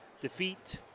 defeat